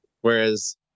whereas